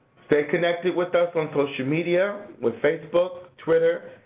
stay connected with us on social media with facebook, twitter.